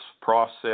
process